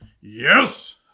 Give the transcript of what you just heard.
Yes